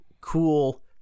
cool